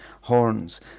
horns